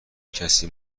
کسی